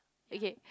okay